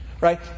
right